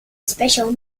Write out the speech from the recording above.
special